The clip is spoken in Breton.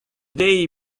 deiz